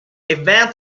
event